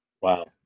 Wow